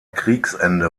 kriegsende